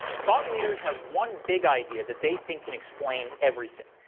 thought leaders have one big idea that they think can explain everything.